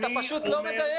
אתה פשוט לא מדייק.